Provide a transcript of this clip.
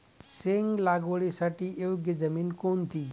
शेंग लागवडीसाठी योग्य जमीन कोणती?